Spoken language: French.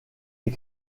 les